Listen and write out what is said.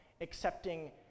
Accepting